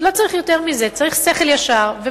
צריך שכל ישר, לא צריך יותר מזה.